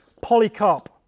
Polycarp